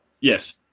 Yes